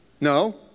No